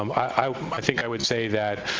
um i i think i would say that